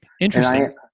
Interesting